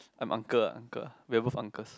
I'm uncle uncle we are both uncles